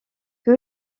que